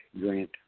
grant